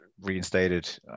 reinstated